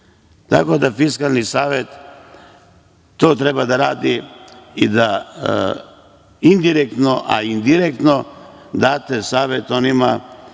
da Fiskalni savet, to treba da radi i da indirektno, a indirektno date savet onima